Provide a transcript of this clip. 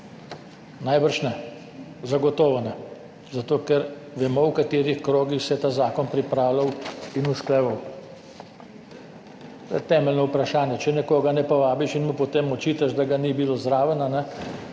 Najbrž ne, zagotovo ne, zato, ker vemo v katerih krogih se je ta zakon pripravljal in usklajeval. To je temeljno vprašanje. Če nekoga ne povabiš in mu potem očitaš, da ga ni bilo zraven, to